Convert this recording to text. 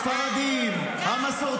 ספר לי מאיזה חבר'ה אני.